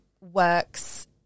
works